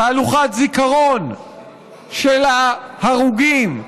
תהלוכת זיכרון של ההרוגים,